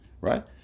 right